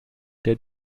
der